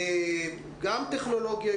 גם טכנולוגיה,